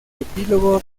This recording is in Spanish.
epílogo